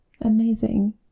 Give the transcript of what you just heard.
amazing